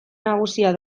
nagusia